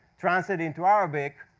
translate into arabic.